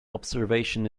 observation